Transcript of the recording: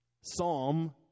Psalm